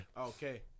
Okay